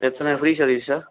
எத்தனை free service sir